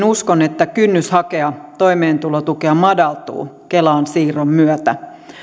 uskon että kynnys hakea toimeentulotukea madaltuu kelaan siirron myötä